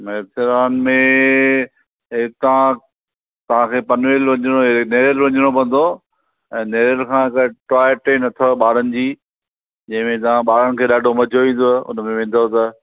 मेथरान में हितां तव्हां खे पनवेल वञिणो वरि नेरल वञिणो पवंदो ऐं नेरल खां हिक टॉय ट्रेन अथव ॿारनि जी जंहिं में तव्हां ॿारनि खे ॾाढो मज़ो ईंदो हुन में वेंदव त